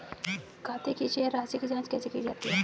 खाते की शेष राशी की जांच कैसे की जाती है?